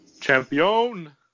Champion